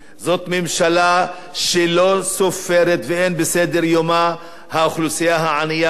זאת ממשלה שלא סופרת ואין בסדר-יומה האוכלוסייה הענייה,